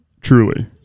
truly